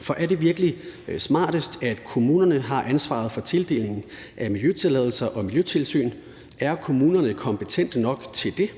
For er det virkelig smartest, at kommunerne har ansvaret for tildeling af miljøtilladelser og miljøtilsyn? Er kommunerne kompetente nok til det?